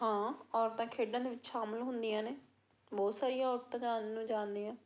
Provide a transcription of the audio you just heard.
ਹਾਂ ਔਰਤਾਂ ਖੇਡਾਂ ਦੇ ਵਿੱਚ ਸ਼ਾਮਿਲ ਹੁੰਦੀਆਂ ਨੇ ਬਹੁਤ ਸਾਰੀਆਂ ਔਰਤਾਂ ਜਾ ਨੂੰ ਜਾਣਦੀਆਂ